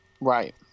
Right